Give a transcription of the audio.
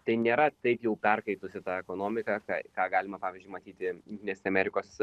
tai nėra taip jau perkaitusi ta ekonomika ką ką galima pavyzdžiui matyti jungtinės amerikos